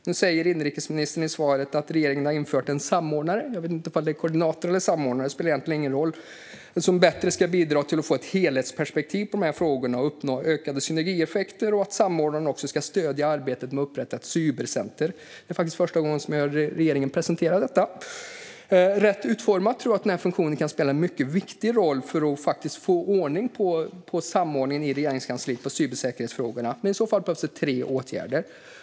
Nu sa inrikesministern i sitt svar att regeringen har infört en samordnare - jag vet inte om det är koordinator eller samordnare, men det spelar egentligen ingen roll - som bättre ska bidra till att skapa ett helhetsperspektiv i frågorna och uppnå ökade synergieffekter. Samordnaren ska också stödja arbetet med att upprätta ett cybercenter. Det är faktiskt första gången jag hör regeringen presentera detta. Rätt utformat tror jag att funktionen kan spela en mycket viktig roll för att faktiskt få ordning på samordningen i Regeringskansliet i cybersäkerhetsfrågorna. Men i så fall behövs tre åtgärder.